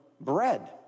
bread